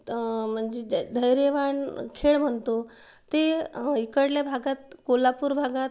म्हणजे जे धैर्यवान खेळ म्हणतो ते इकडल्या भागात कोल्हापूर भागात